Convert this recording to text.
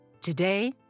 Today